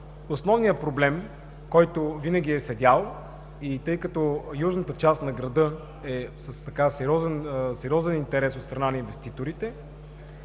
Основният проблем, който винаги е стоял, тъй като южната част на града е със сериозен интерес от страна на инвеститорите